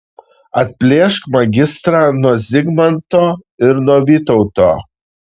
atplėšk magistrą nuo zigmanto ir nuo vytauto